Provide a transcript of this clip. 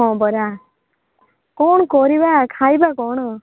ହଁ ପରା କ'ଣ କରିବା ଖାଇବା କ'ଣ